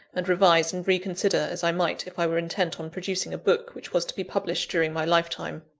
and revise and reconsider as i might if i were intent on producing a book which was to be published during my lifetime.